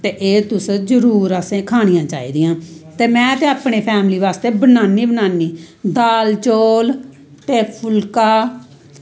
ते एह् तुसें जरूर असें खानियां चाही दियां ते में ते अपनी फैमली बास्तै बनान्नी गै बनान्नी दाल चौल ते फुल्का